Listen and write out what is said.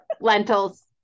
Lentils